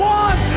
one